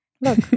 Look